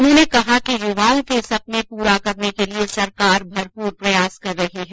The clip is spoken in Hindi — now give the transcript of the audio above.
उन्होंने कहा कि युवाओं के सपने पूरा करने के लिए सरकार भरपूर प्रयास कर रही है